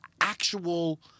actual